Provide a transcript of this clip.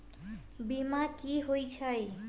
बीमा कि होई छई?